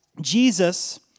Jesus